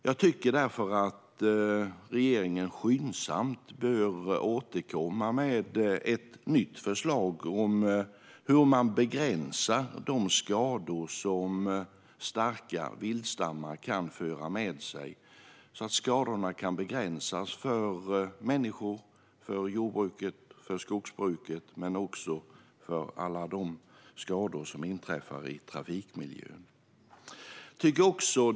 Jag anser därför att regeringen skyndsamt bör återkomma med ett nytt förslag som begränsar de skador som starka viltstammar kan föra med sig, så att skadorna kan begränsas för människor, för jordbruk och för skogsbruk, men också för att alla skador som inträffar i trafikmiljön ska begränsas. Fru talman!